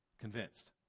convinced